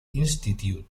institute